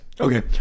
Okay